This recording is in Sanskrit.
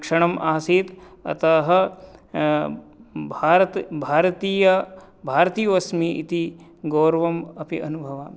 क्षणमासीत् अतः भारतीय भारतीयः अस्मि इति गौरवम् अपि अनुभवामि